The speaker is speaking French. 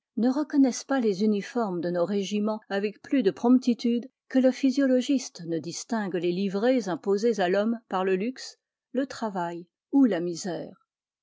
ne reconnaissent pas les uniformes de nos régiments avec plus de promptitude que le physiologiste ne distingue les livrées imposées à l'homme par le luxe le travail ou la misère